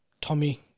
Tommy